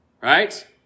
Right